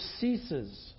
ceases